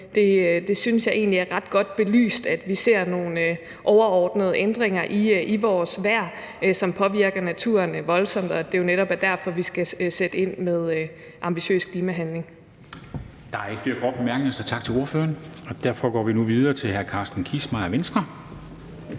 Jeg synes, at det egentlig er ret godt belyst, at vi ser nogle overordnede ændringer i vores vejr, som påvirker naturen voldsomt, og at det jo netop er derfor, vi skal sætte ind med en ambitiøs klimahandling.